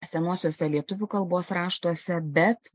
senuosiuose lietuvių kalbos raštuose bet